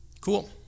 Cool